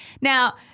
Now